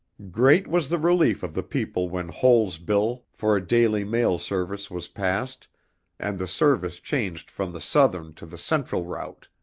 great was the relief of the people when hole's bill for a daily mail service was passed and the service changed from the southern to the central route,